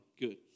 Good